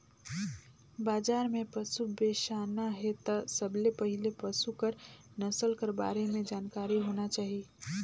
बजार में पसु बेसाना हे त सबले पहिले पसु कर नसल कर बारे में जानकारी होना चाही